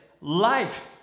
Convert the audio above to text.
Life